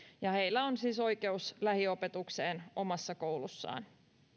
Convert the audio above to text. ja heillä on siis oikeus lähiopetukseen omassa koulussaan